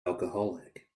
alcoholic